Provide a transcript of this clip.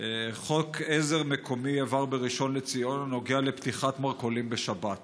חוק עזר מקומי הנוגע לפתיחת מרכולים בשבת